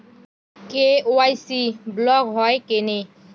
KYC block হয় কেনে?